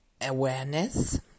awareness